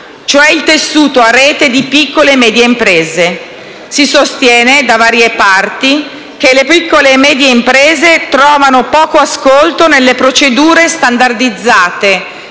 cioè il tessuto a rete di piccole e medie imprese. Si sostiene da varie parti che le piccole e medie imprese trovano poco ascolto nelle procedure standardizzate